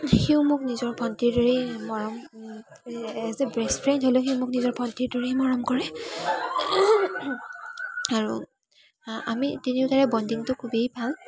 সিও মোক নিজৰ ভণ্টীৰ দৰে মৰম এজ এ বেষ্ট ফ্ৰেণ্ড হ'লেও সি মোক নিজৰ ভণ্টীৰ দৰেই মৰম কৰে আৰু আমি তিনিওটাৰে বণ্ডিঙটো খুবেই ভাল